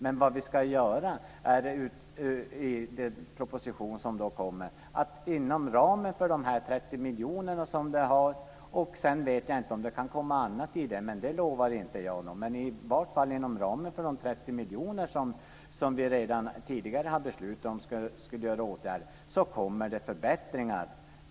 Men i den proposition som kommer ska vi inom ramen för de 30 miljoner som vi redan tidigare har beslutat om se till att det sker förbättringar för denna grupp. Sedan vet jag inte om det kan komma någonting.